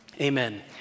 Amen